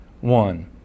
one